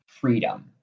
freedom